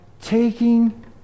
taking